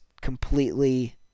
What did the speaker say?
completely